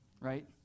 right